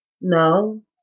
No